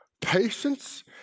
Patience